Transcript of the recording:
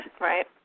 Right